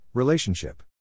Relationship